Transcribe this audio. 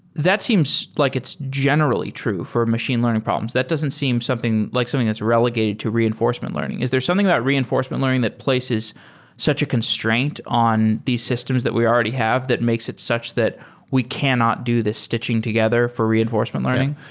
that seems like it's generally true for machine learning problems. that doesn't seem like something that's relegated to reinforcement learning. is there something that reinforcement learning that places such a constraint on these systems that we already have that makes it such that we cannot do the stitching together for reinforcement learning?